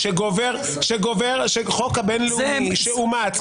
של אי ההתאמה.